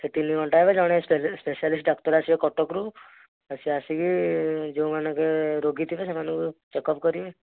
ସେ ତିନିଘଣ୍ଟା ହେଲେ ଜଣେ ସ୍ପେସିଆଲିଷ୍ଟ ଡକ୍ଟର ଆସିବ କଟକରୁ ସିଏ ଆସିକି ଯେଉଁମାନେକେ ରୋଗୀଥିବେ ସେମାନଙ୍କୁ ଚେକ୍ଅପ କରିବେ